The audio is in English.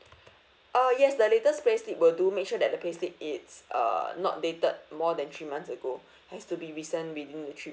ah yes the latest payslip will do make sure that the payslip it's uh not dated more than three months ago has to recent within the three